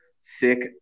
sick